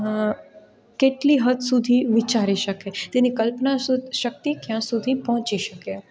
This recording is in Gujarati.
કેટલી હદ સુધી વિચારી શકે તેની કલ્પના શક્તિ ક્યાં સુધી પહોંચી શકે